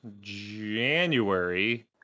January